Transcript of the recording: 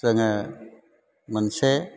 जोङो मोनसे